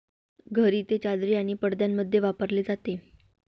घरी ते चादरी आणि पडद्यांमध्ये वापरले जाते